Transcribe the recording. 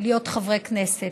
להיות חברי כנסת.